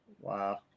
Wow